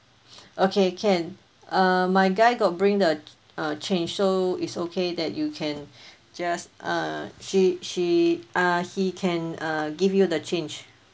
okay can err my guy got bring the err change so it's okay that you can just err she she err he can err give you the change